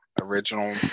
original